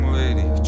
lady